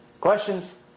Questions